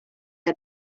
had